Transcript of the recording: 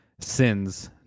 sins